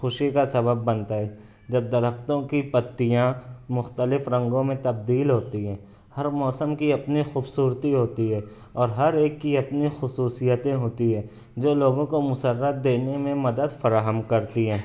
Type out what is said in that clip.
خوشی کا سبب بنتا ہے جب درختوں کی پتیاں مختلف رنگوں میں تبدیل ہوتی ہیں ہر موسم کی اپنی خوبصورتی ہوتی ہے اور ہر ایک کی اپنی خصوصیتیں ہوتی ہیں جو لوگوں کو مسرت دینے میں مدد فراہم کرتی ہیں